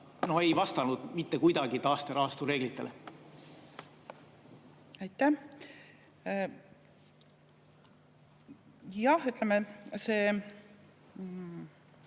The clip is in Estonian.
ei vastanud mitte kuidagi taasterahastu reeglitele. Aitäh! Jah, ütleme,